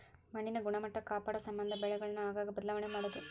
ಮಣ್ಣಿನ ಗುಣಮಟ್ಟಾ ಕಾಪಾಡುಸಮಂದ ಬೆಳೆಗಳನ್ನ ಆಗಾಗ ಬದಲಾವಣೆ ಮಾಡುದು